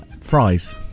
Fries